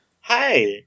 Hi